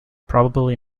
probably